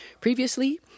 Previously